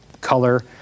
color